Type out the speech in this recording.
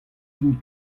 din